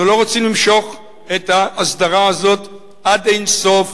אנחנו לא רוצים למשוך את ההסדרה הזאת עד אין-סוף.